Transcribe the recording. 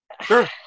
Sure